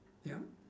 yup